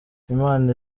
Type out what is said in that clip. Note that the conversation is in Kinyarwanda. imana